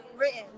written